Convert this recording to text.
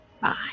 Bye